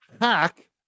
hack